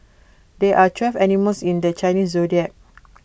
there are twelve animals in the Chinese Zodiac